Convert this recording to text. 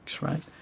right